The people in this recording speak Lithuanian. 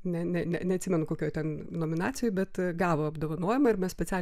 ne ne ne neatsimenu kokioj ten nominacijoj bet gavo apdovanojimą ir mes specialiai